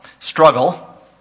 Struggle